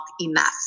enough